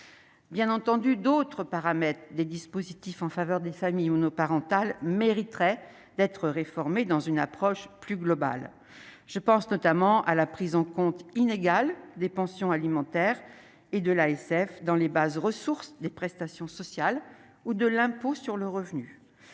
bien entendu d'autres paramètres des dispositifs en faveur des familles ou nos parental mériteraient d'être réformés dans une approche plus globale, je pense notamment à la prise en compte inégal des pensions alimentaires et de l'ASF dans les bases ressources des prestations sociales ou de l'impôt sur le revenu,